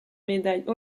médaille